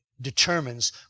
determines